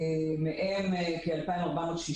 מהם כ-2,460,